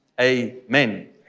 Amen